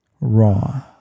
raw